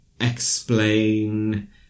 explain